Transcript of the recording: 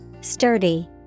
Sturdy